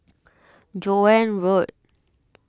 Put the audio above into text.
Joan Road